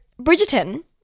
Bridgerton